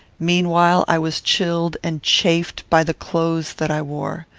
meanwhile i was chilled and chafed by the clothes that i wore.